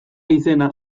izena